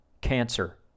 cancer